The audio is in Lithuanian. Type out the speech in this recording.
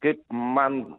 kaip man